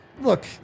Look